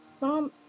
mom